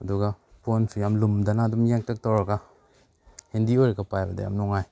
ꯑꯗꯨꯒ ꯐꯣꯟꯁꯨ ꯌꯥꯝ ꯂꯨꯝꯗꯅ ꯑꯗꯨꯝ ꯌꯥꯡꯇꯛ ꯇꯧꯔꯒ ꯍꯦꯟꯗꯤ ꯑꯣꯏꯔꯒ ꯄꯥꯏꯕꯗ ꯌꯥꯝ ꯅꯨꯡꯉꯥꯏ